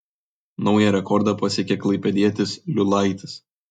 naują rekordą pasiekė klaipėdietis liulaitis